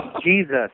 Jesus